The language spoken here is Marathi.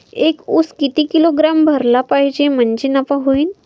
एक उस किती किलोग्रॅम भरला पाहिजे म्हणजे नफा होईन?